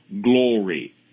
glory